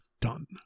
done